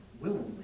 willingly